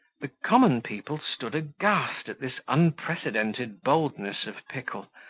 the common people stood aghast at this unprecedented boldness of pickle,